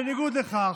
בניגוד לכך,